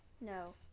No